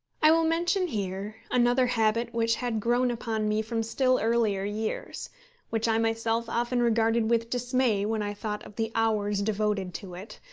i will mention here another habit which had grown upon me from still earlier years which i myself often regarded with dismay when i thought of the hours devoted to it,